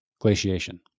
glaciation